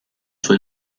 sua